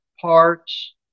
parts